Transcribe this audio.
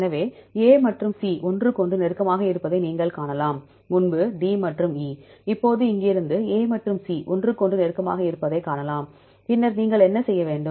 எனவே A மற்றும் C ஒன்றுக்கொன்று நெருக்கமாக இருப்பதை நீங்கள் காணலாம் முன்பு Dமற்றும் E இப்போது இங்கிருந்து A மற்றும் C ஒன்றுக்கொன்று நெருக்கமாக இருப்பதைக் காணலாம் பின்னர் நீங்கள் என்ன செய்ய வேண்டும்